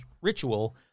ritual